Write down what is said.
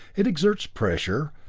it exerts pressure,